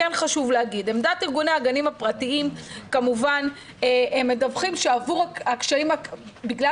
עמדת ארגוני הגנים הפרטיים - כמובן הם מדווחים שבגלל